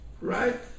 right